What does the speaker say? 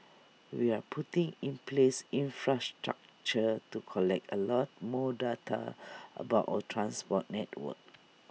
we are putting in place infrastructure to collect A lot more data about our transport network